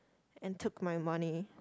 and took my money